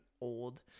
old